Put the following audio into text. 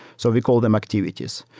so we call them activities.